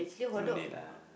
no need lah